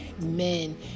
men